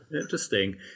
Interesting